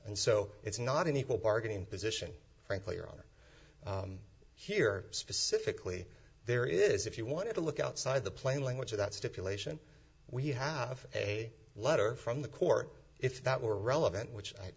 and so it's not an equal bargaining position frankly or on here specifically there is if you wanted to look outside the plain language of that stipulation we have a letter from the court if that were relevant which